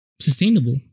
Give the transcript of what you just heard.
sustainable